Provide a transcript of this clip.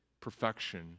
perfection